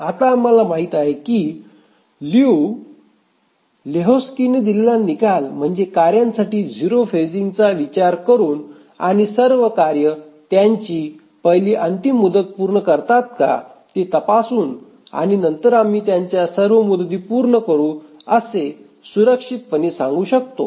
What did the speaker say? आता आम्हाला माहित आहे की लियू लेहोक्स्कीने दिलेला निकाल म्हणजे कार्यांसाठी 0 फेसिंगचा विचार करून आणि सर्व कार्ये त्यांची पहिली अंतिम मुदत पूर्ण करतात का ते तपासून आणि नंतर आम्ही त्यांच्या सर्व मुदती पूर्ण करू असे सुरक्षितपणे सांगू शकतो